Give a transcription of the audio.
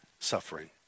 suffering